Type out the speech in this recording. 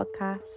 podcast